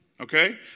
Okay